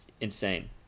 Insane